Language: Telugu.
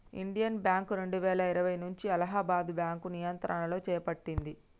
ఇండియన్ బ్యాంక్ రెండువేల ఇరవై నుంచి అలహాబాద్ బ్యాంకు నియంత్రణను చేపట్టింది